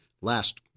Last